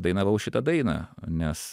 dainavau šitą dainą nes